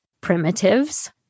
primitives